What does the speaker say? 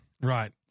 Right